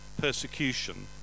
persecution